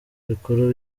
bikuru